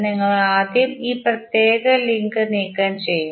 നിങ്ങൾ ആദ്യം ഈ പ്രത്യേക ലിങ്ക് നീക്കംചെയ്യും